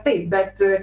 taip bet